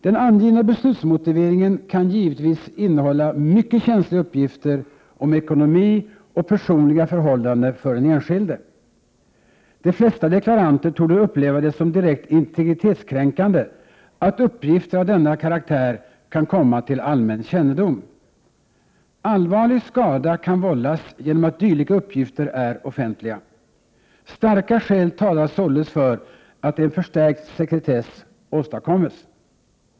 Den angivna beslutsmotiveringen kan givetvis innehålla mycket känsliga uppgifter om ekonomi och personliga förhållanden för den enskilde. De flesta deklaranter torde uppleva det som direkt integritetskränkande att uppgifter av denna karaktär kan komma till allmän kännedom. Allvarlig skada kan vållas genom att dylika uppgifter är offentliga. Starka skäl talar således för att en förstärkt sekretess åstadkommes.